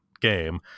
game